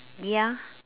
ya